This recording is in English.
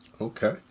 Okay